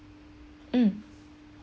mm